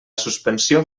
suspensió